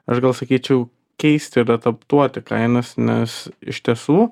aš gal sakyčiau keisti ir adaptuoti kainas nes iš tiesų